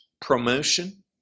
promotion